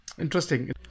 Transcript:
Interesting